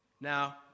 now